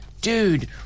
dude